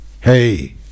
Hey